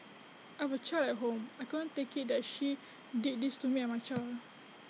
I would child at home I couldn't take IT that she did this to me and my child